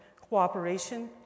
cooperation